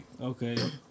Okay